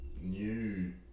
new